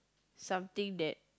something that